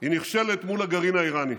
היא נכשלת מול הגרעין האיראני.